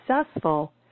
successful